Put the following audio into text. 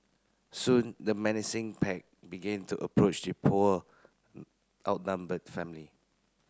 soon the menacing pack began to approach the poor outnumbered family